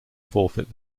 forfeit